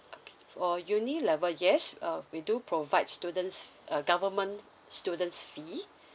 okay for uni level yes uh we do provide student's uh government students fee